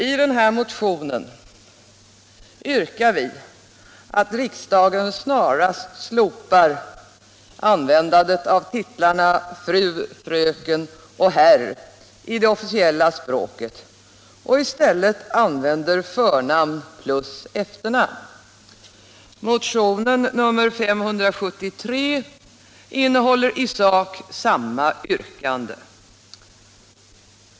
I motionen yrkar vi att riksdagen snarast slopar användandet av titlarna fru, fröken och herr i det officiella språket och i stället använder förnamn plus efternamn. Motionen 1976/77:573 innehåller i sak samma yrkande.